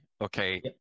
Okay